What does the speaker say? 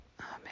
Amen